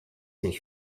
nicht